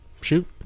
Shoot